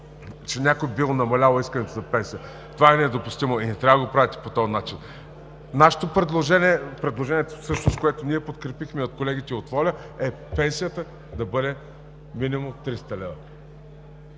че някой бил намалял искането за пенсия. Това е недопустимо и не трябва да го правите по този начин. Нашето предложение – предложението, което всъщност ние подкрепихме, на колегите от ВОЛЯ, е пенсията да бъде минимум 300 лв.